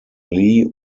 lee